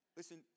Listen